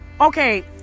Okay